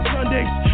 Sundays